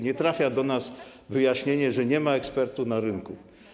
Nie trafia do nas wyjaśnienie, że nie ma ekspertów na rynku.